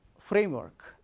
framework